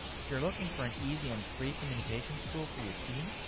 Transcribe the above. if you're looking for an easy and free communications tool for your team,